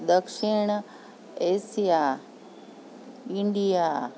દક્ષિણ Asia India